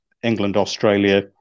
England-Australia